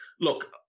look